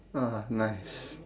ah nice